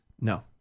No